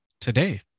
today